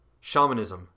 Shamanism